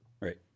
Right